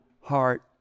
heart